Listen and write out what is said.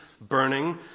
burning